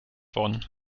worden